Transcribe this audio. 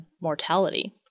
mortality